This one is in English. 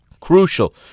Crucial